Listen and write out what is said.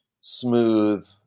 smooth